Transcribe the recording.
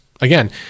Again